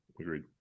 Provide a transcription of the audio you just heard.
agreed